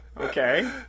Okay